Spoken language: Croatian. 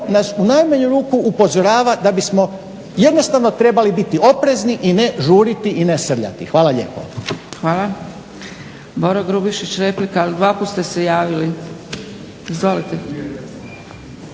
nas u najmanju ruku upozorava da bismo jednostavno trebali biti oprezni i ne žuriti i ne srljati. Hvala lijepo. **Zgrebec, Dragica (SDP)** Hvala. Boro Grubišić, replika ali dvaput ste se javili. Izvolite.